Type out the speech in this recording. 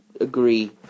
agree